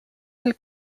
del